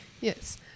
Yes